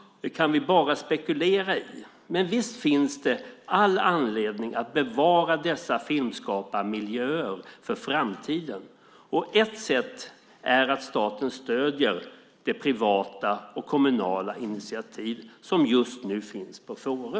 Det kan vi bara spekulera i. Men visst finns det all anledning att bevara dessa filmskaparmiljöer för framtiden. Ett sätt är att staten stöder det privata och kommunala initiativ som just nu finns på Fårö.